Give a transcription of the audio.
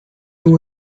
two